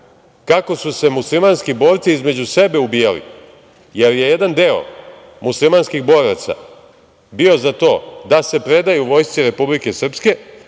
kako su se muslimanski borci između sebe ubijali, jer je jedan deo muslimanskih boraca bio za to da se predaju Vojsci Republike Srpske,